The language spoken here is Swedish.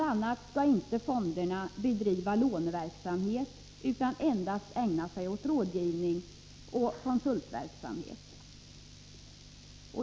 a. skall fonderna inte bedriva låneverksamhet utan endast ägna sig åt rådgivning och konsultverksamhet.